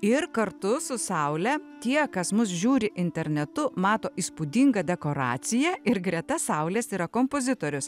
ir kartu su saule tie kas mus žiūri internetu mato įspūdingą dekoraciją ir greta saulės yra kompozitorius